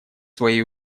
свои